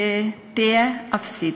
תהיה אפסית.